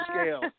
scale